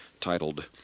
titled